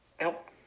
Nope